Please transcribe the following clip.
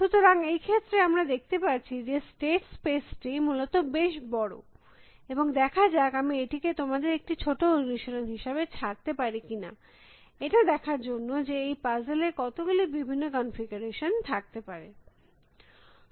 সুতরাং এই ক্ষেত্রে আমরা দেখতে পারছি যে স্টেট স্পেস টি মূলত বেশ বড় এবং দেখা যাক আমি এটিকে তোমাদের একটি ছোটো অনুশীলন হিসাবে ছাড়তে পারি কিনা এটা দেখার জন্য যে এই পাজেলর কত গুলি বিভিন্ন কনফিগারেশন থাকতে পারে